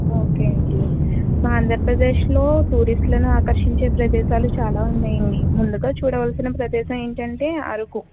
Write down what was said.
okay అండి మా ఆంధ్రప్రదేశ్లో టూరిస్టులను ఆకర్షించే ప్రదేశాలు చాలా ఉన్నాయి అండి ముందుగా చూడవలసిన ప్రదేశం ఏంటంటే అరకు